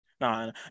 No